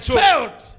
felt